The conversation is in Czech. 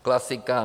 Klasika.